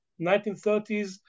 1930s